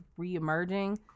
reemerging